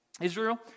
Israel